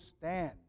stand